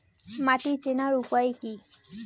মাটি চেনার উপায় কি?